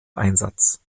einsatz